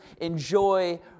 enjoy